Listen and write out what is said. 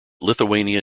lithuania